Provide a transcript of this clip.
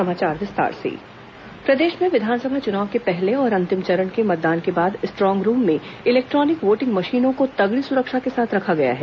मतगणना तैयारी प्रदेश में विधानसभा चुनाव के पहले और अंतिम चरण के मतदान के बाद स्ट्रांग रूम में इलेक्ट्रॉनिक वोटिंग मशीनों को तगड़ी सुरक्षा के साथ रखा गया है